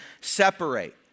separate